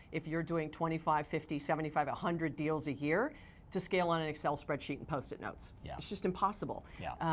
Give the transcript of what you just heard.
if you're doing twenty five, fifty, seventy five, a one hundred deals a year to scale on an excel spreadsheet, and post-it notes. yeah. it's just impossible. yeah.